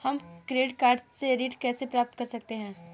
हम credit card से ऋण कैसे प्राप्त कर सकते हैं?